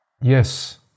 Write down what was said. Yes